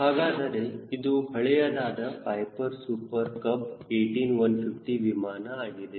ಹಾಗಾದರೆ ಇದು ಹಳೆಯದಾದ ಪೈಪರ್ ಸೂಪರ್ ಕಬ್ 18 150 ವಿಮಾನ ಆಗಿದೆ